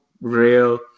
real